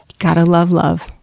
gotta love love.